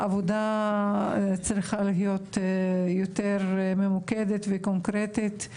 העבודה צריכה להיות יותר ממוקדת וקונקרטית,